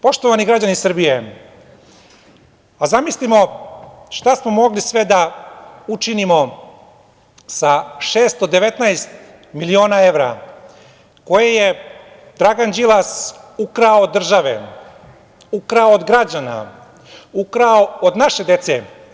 Poštovani građani Srbije, zamislimo šta smo mogli sve da učinimo sa 619 miliona evra koje je Dragan Đilas ukrao od države, ukrao od građana, ukrao od naše dece?